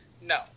No